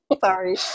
Sorry